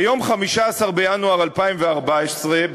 ביום 15 בינואר 2014,